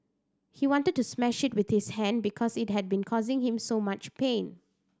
he wanted to smash it with his hand because it had been causing him so much pain